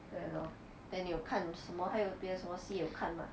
对 lor then 你有看什么还有别的什么戏有看吗